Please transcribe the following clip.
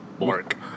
Work